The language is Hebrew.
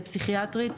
פסיכיאטרית,